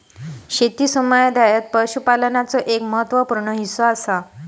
शेती समुदायात पशुपालनाचो एक महत्त्व पूर्ण हिस्सो असा